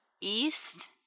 east